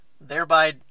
thereby